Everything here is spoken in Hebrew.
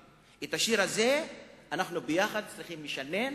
את השיר הזה אנחנו ביחד צריכים לשנן